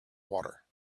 water